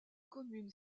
commune